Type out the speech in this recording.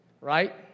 right